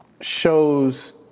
shows